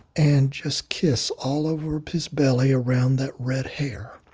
and just kiss all over his belly around that red hair,